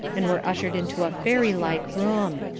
and were ushered into a fairy-like room.